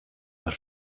are